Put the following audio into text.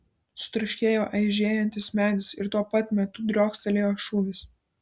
sutraškėjo eižėjantis medis ir tuo pat metu driokstelėjo šūvis